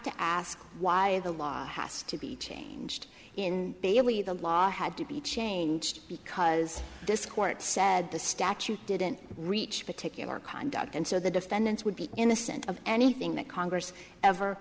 to ask why the law has to be changed in bailey the law had to be changed because this court said the statute didn't reach particular conduct and so the defendants would be innocent of anything that congress ever